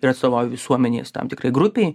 ir atstovauju visuomenės tam tikrai grupei